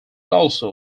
also